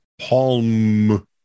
palm